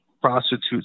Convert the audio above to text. prostitutes